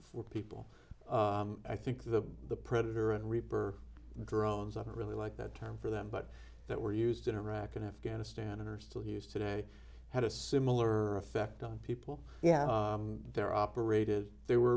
for people i think the the predator and reaper drones are really like that term for them but that were used in iraq and afghanistan and are still used today had a similar effect on people yeah they're operated they were